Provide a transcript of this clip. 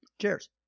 cheers